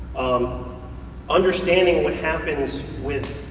um understanding what happens with.